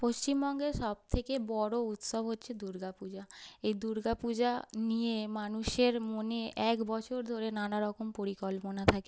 পশ্চিমবঙ্গের সবথেকে বড় উৎসব হচ্ছে দুর্গা পূজা এই দুর্গা পূজা নিয়ে মানুষের মনে এক বছর ধরে নানারকম পরিকল্পনা থাকে